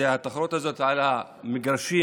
התחרות הזאת על המגרשים